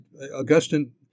Augustine